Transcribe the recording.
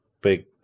big